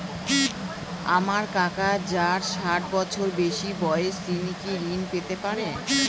আমার কাকা যার ষাঠ বছরের বেশি বয়স তিনি কি ঋন পেতে পারেন?